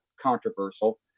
controversial